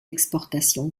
exportations